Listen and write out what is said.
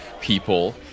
people